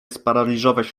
sparaliżować